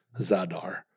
Zadar